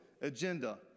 agenda